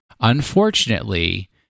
Unfortunately